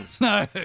No